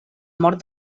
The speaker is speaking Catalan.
mort